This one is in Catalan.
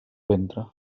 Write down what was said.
ventre